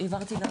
העברתי.